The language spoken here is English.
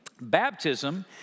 baptism